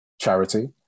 charity